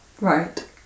right